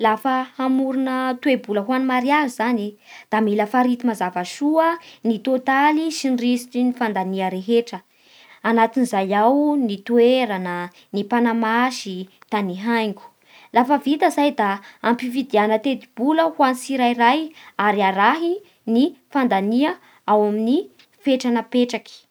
Lafa hamorona toe-bola ho an'ny mariazy zany, da mila farity mazava soa ny tôtaly sy ny resty ny fandania rehetra, anatin'izay ny toerana, ny mpanamasy da ny haingo. Lafa vita zay da ampifidiana ny tetik-bola ho an'ny tsirairay ary arahy ny fandania ao amin'ny fetranapetraky.